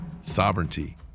Sovereignty